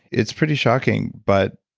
it's pretty shocking. but,